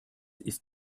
ist